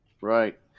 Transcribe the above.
Right